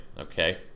Okay